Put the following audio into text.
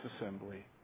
assembly